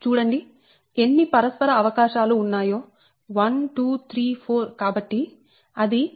చూడండి ఎన్ని పరస్పర అవకాశాలు ఉన్నాయో 1 2 3 4 కాబట్టి అది 14 అవుతుంది